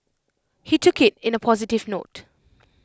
he took IT in A positive note